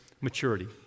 maturity